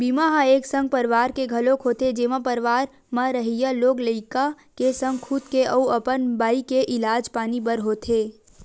बीमा ह एक संग परवार के घलोक होथे जेमा परवार म रहइया लोग लइका के संग खुद के अउ अपन बाई के इलाज पानी बर होथे